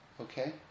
Okay